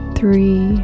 three